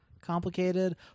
complicated